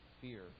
fear